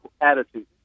attitude